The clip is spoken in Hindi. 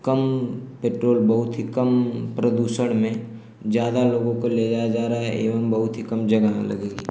कम पेट्रोल बहुत ही कम प्रदूषण में ज़्यादा लोगों को ले जाया जा रहा है एवं बहुत ही कम जगह लगेगी